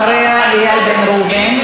אחריה, איל בן ראובן.